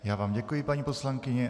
Já vám děkuji, paní poslankyně.